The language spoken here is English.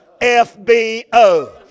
F-B-O